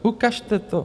Ukažte to.